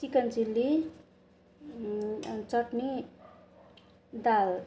chicken chilli अनि चट्नी दाल